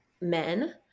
men